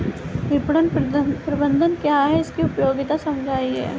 विपणन प्रबंधन क्या है इसकी उपयोगिता समझाइए?